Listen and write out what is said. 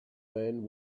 man